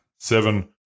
seven